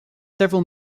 several